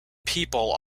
people